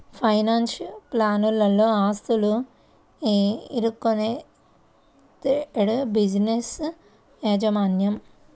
pension ప్లాన్లలోని ఆస్తులు, incorporated బిజినెస్ల యాజమాన్యం